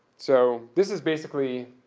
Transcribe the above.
so this is basically